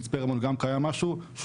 באיזה מקום?